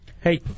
Hey